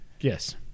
Yes